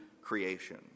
creation